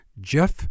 Jeff